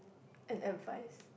and advice